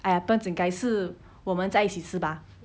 !aiya! 不用紧改次我们再一起吃吧